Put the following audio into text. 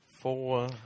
Four